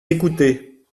écoutée